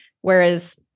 Whereas